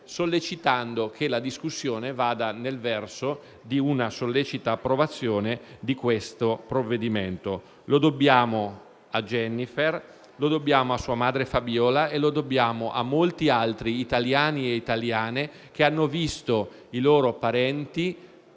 auspicando che la discussione vada nel verso di una sollecita approvazione di questo provvedimento. Lo dobbiamo a Jennifer; lo dobbiamo a sua madre Fabiola e lo dobbiamo a molti altri italiani e italiane che hanno visto i loro parenti